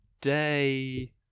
day